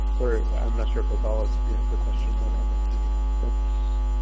or i'm not sure if it's all of the question but that's